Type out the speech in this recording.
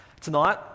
Tonight